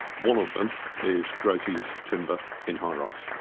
one of them is greater use of timber in high rises,